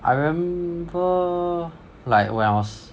I remember like when I was